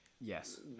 Yes